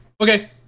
okay